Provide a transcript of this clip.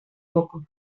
poco